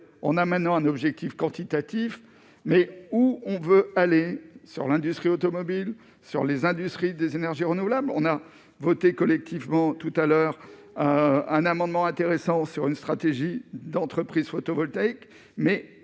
on a maintenant un objectif quantitatif mais où on veut aller sur l'industrie automobile sur les industries des énergies renouvelables, on a voté collectivement tout à l'heure un amendement intéressant sur une stratégie d'entreprise photovoltaïque, mais